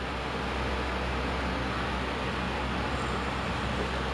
mm oh I eat Maggi because I can't be bothered like I have